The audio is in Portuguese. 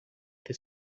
ter